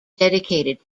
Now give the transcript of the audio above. dedicated